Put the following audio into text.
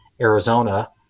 arizona